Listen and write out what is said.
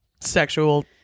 Sexual